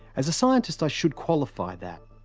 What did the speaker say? as a scientist, i should qualify that.